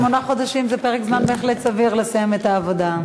שמונה חודשים זה פרק זמן בהחלט סביר לסיים את העבודה.